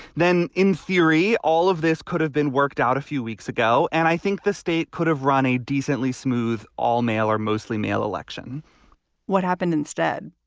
then in theory, all of this could have been worked out a few weeks ago. and i think the state could have run a decently smooth all male or mostly male election what happened instead?